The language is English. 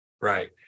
right